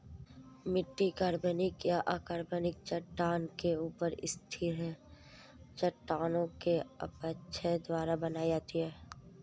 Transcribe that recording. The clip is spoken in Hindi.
मिट्टी कार्बनिक या अकार्बनिक चट्टान के ऊपर स्थित है चट्टानों के अपक्षय द्वारा बनाई जाती है